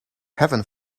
heaven